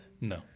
No